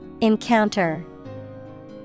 Encounter